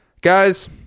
guys